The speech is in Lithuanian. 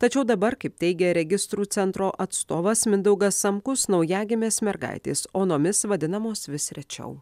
tačiau dabar kaip teigia registrų centro atstovas mindaugas samkus naujagimės mergaitės onomis vadinamos vis rečiau